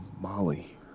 Molly